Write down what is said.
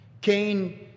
Cain